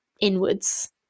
inwards